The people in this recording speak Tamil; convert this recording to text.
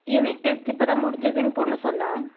யூனிட் டெஸ்ட் இப்போ தான் முடிஞ்சுதுன்னு பொண்ணு சொன்னால்